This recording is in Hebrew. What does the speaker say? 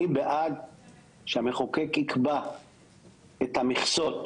אני בעד שהמחוקק יקבע את המכסות